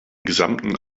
gesamten